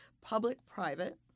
public-private